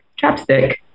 chapstick